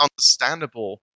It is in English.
understandable